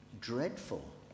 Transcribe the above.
dreadful